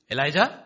Elijah